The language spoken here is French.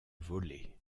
voler